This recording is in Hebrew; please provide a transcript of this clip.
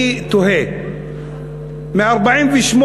אני תוהה, מ-1948,